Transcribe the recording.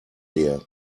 here